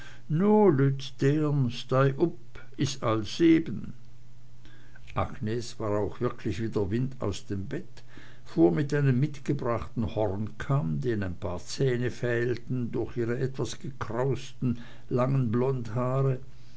is all seben agnes war auch wirklich wie der wind aus dem bett fuhr mit einem mitgebrachten hornkamm dem ein paar zähne fehlten durch ihr etwas gekraustes langes blondhaar